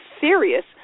serious